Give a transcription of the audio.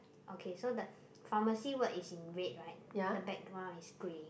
okay so the pharmacy word is in red right the background is grey